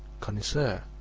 connoisseur,